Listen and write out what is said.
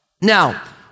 Now